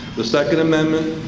the second amendment